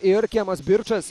ir kemas birčas